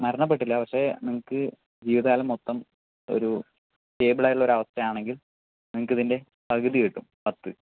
മരണപ്പെട്ടില്ല പക്ഷെ നിങ്ങൾക്ക് ജീവിതകാലം മൊത്തം ഒരു സ്റ്റേബിളായിട്ടുള്ള ഒരു അവസ്ഥയാണെങ്കിൽ നിങ്ങൾക്ക് ഇതിൻ്റെ പകുതി കിട്ടും പത്ത്